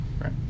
Right